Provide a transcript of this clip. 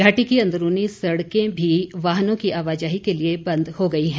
घाटी की अंदरूनी सड़कें भी वाहनों आवाजाही के लिए बंद हो गई हैं